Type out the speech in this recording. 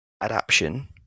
adaption